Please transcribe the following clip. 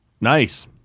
nice